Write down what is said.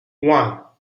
one